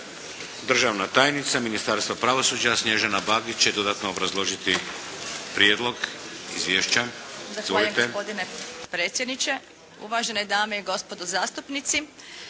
Državna tajnica Ministarstva pravosuđa Snježana Bagić će dodatno obrazložiti prijedlog izvješća. Izvolite. **Bagić, Snježana** Zahvaljujem gospodine predsjedniče. Uvažene dame i gospodo zastupnici.